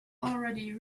already